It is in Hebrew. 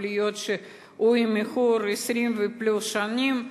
יכול להיות שהוא באיחור של 20 פלוס שנים,